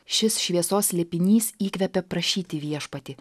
šis šviesos slėpinys įkvepia prašyti viešpatį